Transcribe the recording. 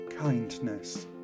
Kindness